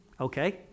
Okay